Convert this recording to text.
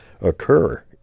occur